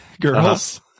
girls